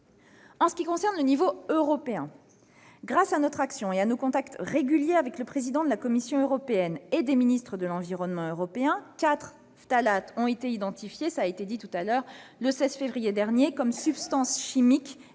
En ce qui concerne le niveau européen, grâce à notre action et à nos contacts réguliers avec le président de la Commission européenne et des ministres de l'environnement européens, quatre phtalates ont été identifiés le 16 février dernier comme substances chimiques extrêmement